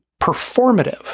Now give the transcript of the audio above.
performative